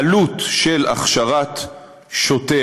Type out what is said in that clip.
אולי: העלות של הכשרת שוטר,